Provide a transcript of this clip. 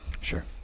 Sure